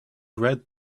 read